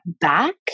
back